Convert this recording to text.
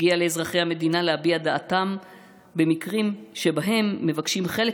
מגיע לאזרחי המדינה להביע את דעתם במקרים שבהם מבקשים חלק